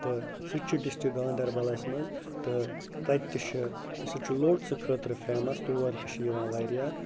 تہٕ سُہ تہِ چھِ ڈِسٹِرٛک گاندَربَلَس منٛز تہٕ تَتہِ تہِ چھُ سُہ چھُ لوٹسہٕ خٲطرٕ فیمَس تور تہِ چھِ یِوان واریاہ